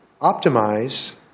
optimize